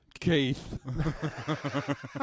Keith